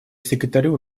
секретарю